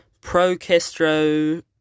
pro-Castro